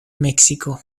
meksiko